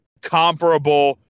comparable